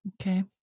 okay